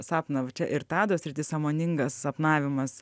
sapną va čia ir tado sritis sąmoningas sapnavimas